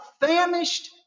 famished